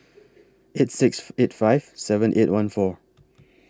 eight six eight five seven eight one four